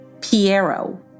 Piero